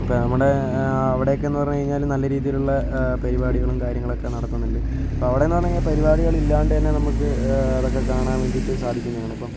ഇപ്പോൾ നമ്മുടെ അവടേക്കെന്ന് പറഞ്ഞു കഴിഞ്ഞാൽ നല്ല രീതിയിലുള്ള പരിപാടികളും കാര്യങ്ങളൊക്കെ നടക്കുന്നുണ്ട് ഇപ്പോൾ അവടെയെന്ന് പറഞ്ഞു കഴിഞ്ഞാൽ പരിപാടികളില്ലാണ്ട് തന്നെ നമുക്ക് ഇതൊക്കെ കാണാൻ വേണ്ടി സാധിക്കുന്നതാണ് ഇപ്പം